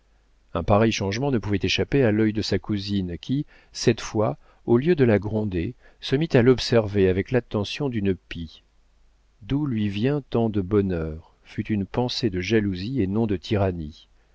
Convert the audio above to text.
un pareil changement ne pouvait échapper à l'œil de sa cousine qui cette fois au lieu de la gronder se mit à l'observer avec l'attention d'une pie d'où lui vient tant de bonheur fut une pensée de jalousie et non de tyrannie